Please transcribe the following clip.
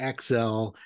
XL